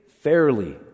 fairly